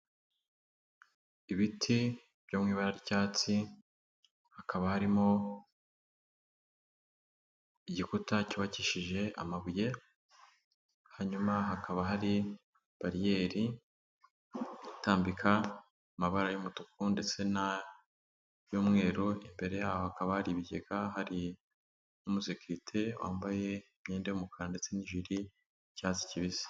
Ibiti byo mu ibara ry'icyatsi, hakaba harimo igikuta cyubakishije amabuye, hanyuma hakaba hari bariyeri itambika amabara y'umutuku ndetse n'ay'umweru, imbere yaho hakaba ari ibigega, hari umusekirite wambaye imyenda y'umukara ndetse n'ijiri y'icyatsi kibisi.